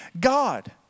God